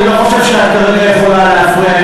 אני לא חושב שאת יכולה כרגע להפריע,